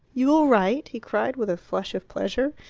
you will write? he cried, with a flush of pleasure.